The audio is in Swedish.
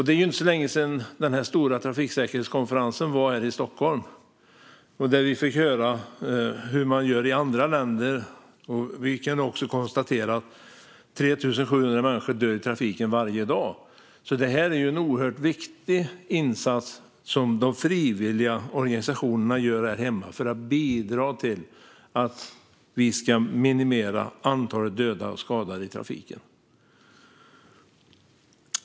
Det är inte så länge sedan den stora trafiksäkerhetskonferensen genomfördes i Stockholm. Vi fick då höra hur man gör i andra länder, och vi kunde också konstatera att 3 700 människor dör i trafiken varje dag. Det är en oerhört viktig insats som frivilligorganisationerna gör hemma för att bidra till att minimera antalet dödade och skadade i trafiken.